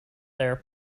their